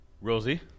Rosie